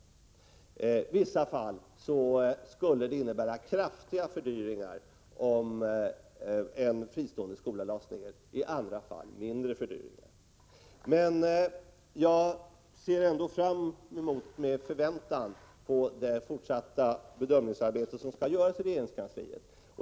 I vissa fall skulle det innebära kraftiga fördyringar om en fristående skola lades ned, i andra fall mindre fördyringar. Jag ser ändå med förväntan fram emot det fortsatta bedömningsarbetet i regeringskansliet.